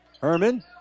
Herman